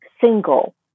single